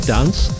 Dance